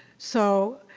so,